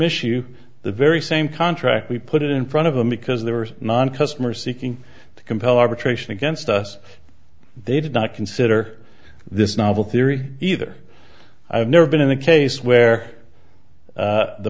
issue the very same contract we put in front of them because they were non customers seeking to compel arbitration against us they did not consider this novel theory either i've never been in the case where